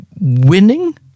winning